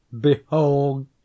behold